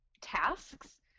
tasks